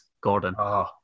Gordon